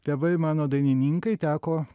tėvai mano dainininkai teko